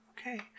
okay